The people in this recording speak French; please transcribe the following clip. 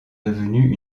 devenu